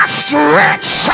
stretch